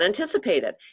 anticipated